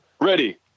Ready